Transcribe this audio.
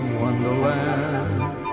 wonderland